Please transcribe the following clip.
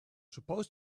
supposed